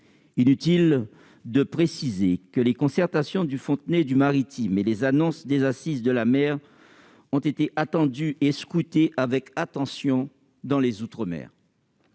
inutile de préciser que les concertations du Fontenoy du maritime et les annonces des Assises de la mer ont été attendues et scrutées avec attention dans les outre-mer.